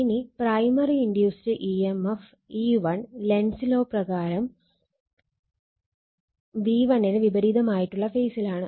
ഇനി primary induced E M F E1 Lenz law Lenz's law പ്രകാരം V1 ന് വിപരീതമായിട്ടുള്ള ഫേസിലാണ്